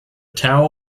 tower